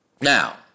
Now